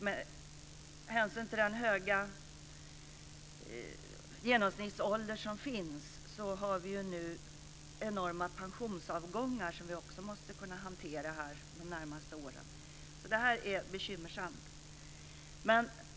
Med hänsyn till den höga genomsnittsålder som finns har vi ju nu enorma pensionsavgångar som vi också måste kunna hantera de närmaste åren. Det här är bekymmersamt.